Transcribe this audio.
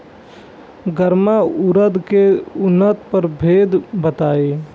गर्मा उरद के उन्नत प्रभेद बताई?